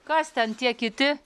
kas ten tie kiti